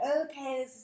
okay